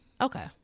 Okay